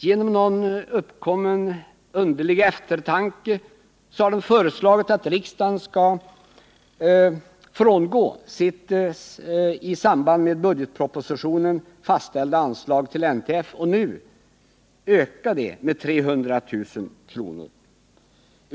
Genom någon uppkommen underlig eftertanke har de föreslagit att riksdagen skall frångå sitt i samband med budgetpropositionen fastställda anslag till NTF och nu öka detta med 300 000 kr.